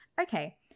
Okay